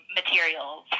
materials